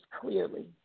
clearly